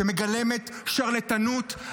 שמגלמת שרלטנות,